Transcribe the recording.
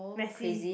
messy